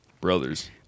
Brothers